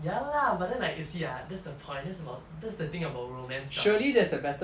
ya lah but then like you see ah that's the point that's the lo~ that's the thing about romance drama